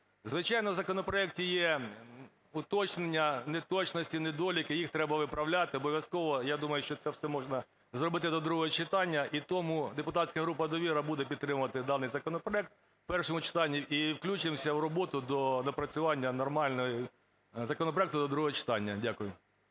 Звичайно, в законопроекті є уточнення, неточності, недоліки, їх треба виправляти обов'язково, я думаю, що це все можна зробити до другого читання. І тому депутатська група "Довіра" буде підтримувати даний законопроект в першому читанні і включимося в роботу до напрацювання нормального законопроекту до другого читання. Дякую.